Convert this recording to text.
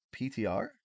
PTR